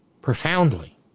profoundly